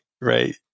right